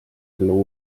ellu